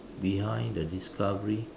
behind the discovery